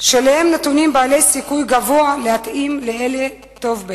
שלהם נתונים בעלי סיכוי גבוה להתאים לאלי טובבין.